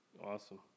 Awesome